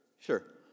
sure